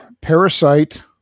Parasite